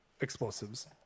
explosives